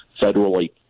federally